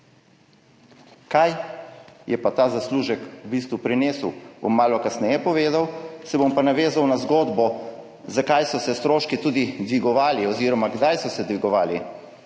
Kaj je ta zaslužek v bistvu prinesel, bom malo kasneje povedal, se bom pa navezal na zgodbo, zakaj so se stroški tudi dvigovali oziroma kdaj so se dvigovali.